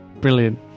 brilliant